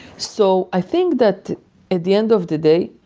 so i think that at the end of the day,